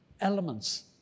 elements